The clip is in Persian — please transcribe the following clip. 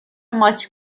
ماچ